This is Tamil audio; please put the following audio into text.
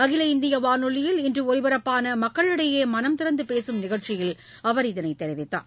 அகில இந்திய வானொலியில் இன்று ஒலிபரப்பான மக்களிடையே மனந்திறந்து பேசும் நிகழ்ச்சியில் அவர் இதனைத் தெரிவித்தார்